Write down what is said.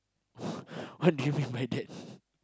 what do you mean by that